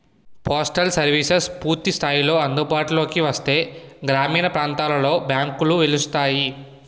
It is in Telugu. పోస్టల్ సర్వీసెస్ పూర్తి స్థాయిలో అందుబాటులోకి వస్తే గ్రామీణ ప్రాంతాలలో బ్యాంకులు వెలుస్తాయి